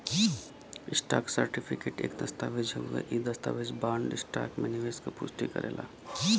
stock certificate एक दस्तावेज़ हउवे इ दस्तावेज बॉन्ड, स्टॉक में निवेश क पुष्टि करेला